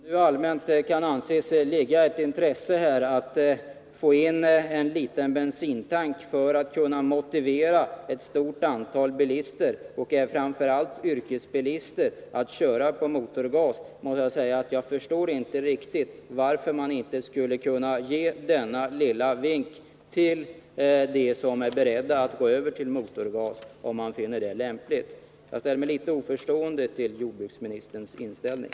Herr talman! Om det nu kan anses finnas ett allmänt intresse av att få in en liten bensintank för att kunna påverka ett stort antal bilister, framför allt yrkesbilister, så att de kör på motorgas, må jag säga att jag inte riktigt förstår varför man inte skulle kunna ge denna lilla hjälp till dem som är beredda att gå över till motorgas, om detta befinns lämpligt. Jag ställer mig alltså litet oförstående till jordbruksministerns inställning.